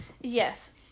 Yes